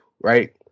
Right